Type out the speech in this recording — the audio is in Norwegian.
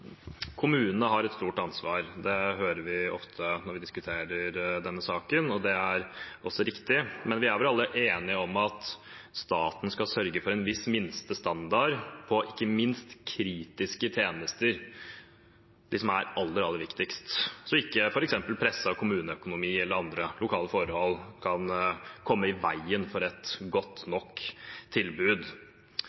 Kommunene har et stort ansvar, det hører vi ofte når vi diskuterer denne saken, og det er også riktig. Men vi er vel alle enige om at staten skal sørge for en viss minstestandard, ikke minst for kritiske tjenester – de som er aller, aller viktigst – så ikke f.eks. presset kommuneøkonomi eller andre lokale forhold kan komme i veien for et godt